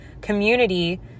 Community